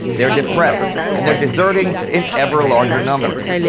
they're depressed, and they're deserting in ever-larger numbers.